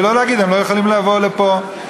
ולא להגיד: הם לא יכולים לבוא לפה.